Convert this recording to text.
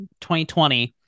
2020